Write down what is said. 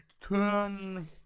Turn